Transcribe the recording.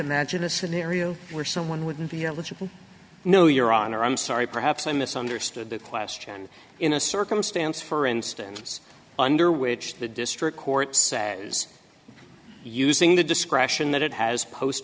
imagine a scenario where someone wouldn't be eligible no your honor i'm sorry perhaps i misunderstood the question in a circumstance for instance under which the district courts using the discretion that it has post